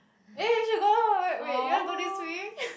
eh we should go wait wait you want go next week